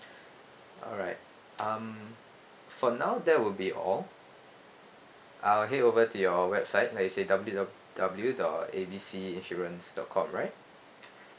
alright um for now that will be all uh I will head over to your website like you said W W W dot A B C insurance dot com right